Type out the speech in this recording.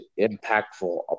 impactful